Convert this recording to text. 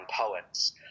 poets